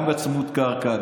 גם בצמוד קרקע,